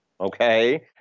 okay